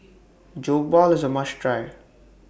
Jokbal IS A must Try